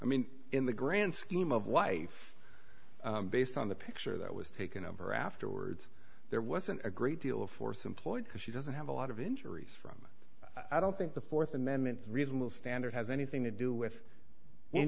mean in the grand scheme of life based on the picture that was taken of her afterwards there wasn't a great deal of force employed because she doesn't have a lot of injuries from i don't think the fourth amendment reasonable standard has anything to do with and